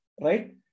right